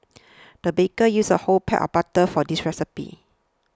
the baker used a whole block of butter for this recipe